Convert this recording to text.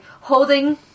holding